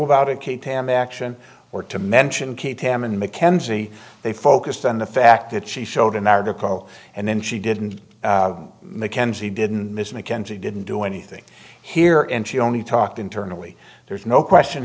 tam action or to mention kate hamond mckenzie they focused on the fact that she showed an article and then she didn't mackenzie didn't miss mackenzie didn't do anything here and she only talked internally there's no question